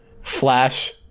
flash